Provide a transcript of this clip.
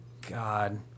God